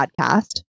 podcast